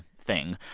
thing.